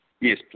Yes